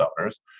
owners